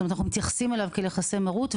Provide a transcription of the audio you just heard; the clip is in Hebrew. זאת אומרת, אנחנו מתייחסים אליו כאל יחסי מרות.